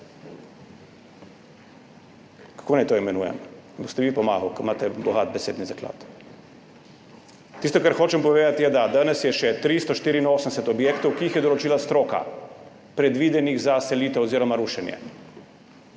kako naj to imenujem? Mi boste vi pomagali, ker imate bogat besedni zaklad? Tisto, kar hočem povedati, je, da je danes še 384 objektov, ki jih je določila stroka, predvidenih za selitev oziroma rušenje.